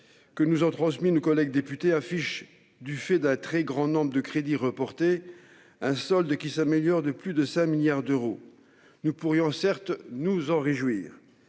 que nous ont transmis nos collègues députés affiche, du fait d'un grand nombre de crédits reportés, un solde qui s'améliore de plus de 5 milliards d'euros. Nous pourrions certes nous en réjouir.